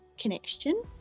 connection